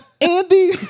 Andy